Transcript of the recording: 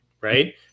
right